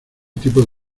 tipo